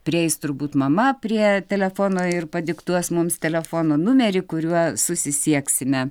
prieis turbūt mama prie telefono ir padiktuos mums telefono numerį kuriuo susisieksime